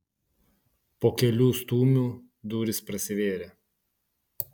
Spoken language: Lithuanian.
po kelių stūmių durys prasivėrė